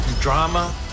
drama